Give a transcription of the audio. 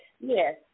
Yes